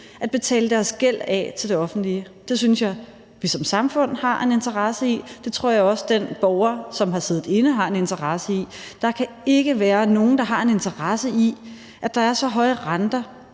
at betale deres gæld af til det offentlige. Det synes jeg at vi som samfund har en interesse i, og det tror jeg også den borger, der har siddet inde, har en interesse i. Der kan ikke være nogen, der har en interesse i, at der er så høje renter